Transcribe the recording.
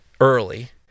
early